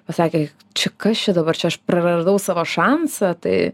pasakė čia kas čia dabar čia aš praradau savo šansą tai